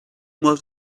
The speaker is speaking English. was